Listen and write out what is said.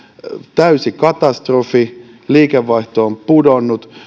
täysi katastrofi liikevaihto on pudonnut